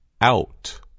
OUT